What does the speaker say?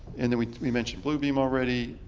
and we we mentioned bluebeam already.